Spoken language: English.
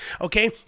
okay